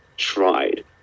tried